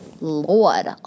Lord